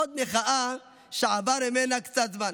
עוד מחאה שעבר ממנה קצת זמן,